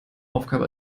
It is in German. aufgabe